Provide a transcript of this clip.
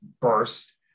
burst